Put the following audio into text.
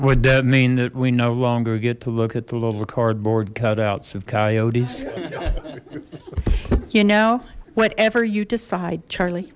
would that mean that we no longer get to look at the little cardboard cutouts of coyotes you know whatever you decide charlie